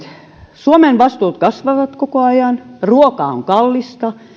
suomen vastuut kasvavat koko ajan ruoka on kallista